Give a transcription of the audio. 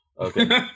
Okay